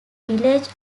village